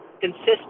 consistent